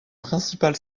principal